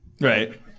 Right